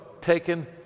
taken